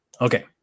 Okay